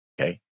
Okay